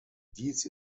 dies